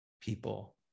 people